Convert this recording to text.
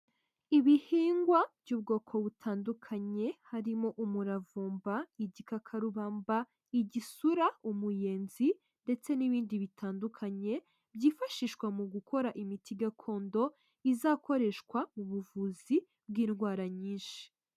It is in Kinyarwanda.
Ibihingwa by'ubwoko butandukanye harimo umuravumba, igikakarubamba, igisura, umuyenzi ndetse n'ibindi bitandukanye byifashishwa mu gukora imiti gakondo izakoreshwa ubuvuzi bw'indwara nyinshi.